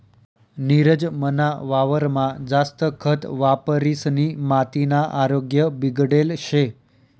नीरज मना वावरमा जास्त खत वापरिसनी मातीना आरोग्य बिगडेल शे